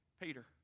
Peter